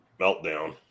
meltdown